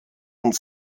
und